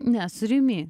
ne su rimi